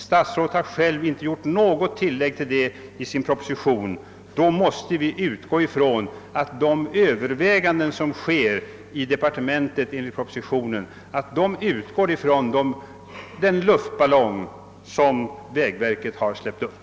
Statsrådet har inte själv gjort något tillägg till detta i propositionen. Då måste vi utgå från att de överväganden som enligt propositionen görs i departementet bygger på den luftballong som vägverket har släppt upp.